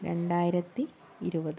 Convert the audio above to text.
രണ്ടായിരത്തി ഇരുപത്